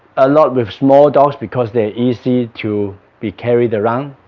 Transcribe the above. a lot with small dogs because they're easy to be carried around